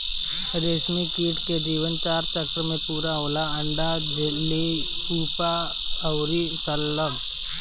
रेशमकीट के जीवन चार चक्र में पूरा होला अंडा, इल्ली, प्यूपा अउरी शलभ